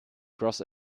cross